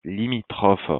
limitrophe